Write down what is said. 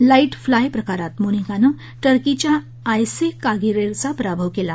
light fly प्रकारात मोनिकानं टर्कीच्या आयसे कागिरेरचा पराभव केला